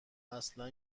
اصلا